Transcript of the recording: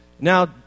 Now